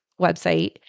website